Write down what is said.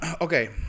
Okay